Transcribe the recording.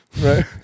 right